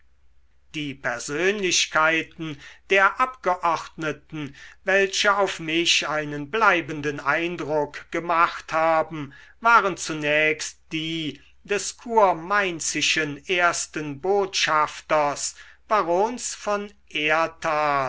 die persönlichkeiten der abgeordneten welche auf mich einen bleibenden eindruck gemacht haben waren zunächst die des kurmainzischen ersten botschafters barons von erthal